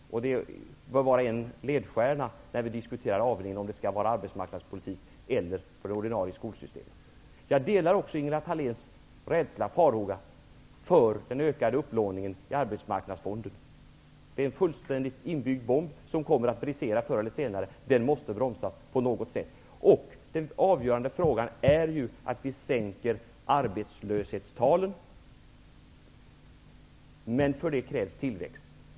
Det bör vara en ledstjärna när vi diskuterar om det skall höra till arbetsmarknadspolitiken eller till det ordinarie skolsystemet. Jag delar också Ingela Thaléns farhågor för den ökade upplåningen i Arbetsmarknadsfonden. Det är en inbyggd bomb som kommer att brisera förr eller senare. Den måste stoppas på något sätt. Den avgörande frågan är ju att vi sänker arbetslöshetstalet. Men för det krävs tillväxt.